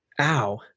ow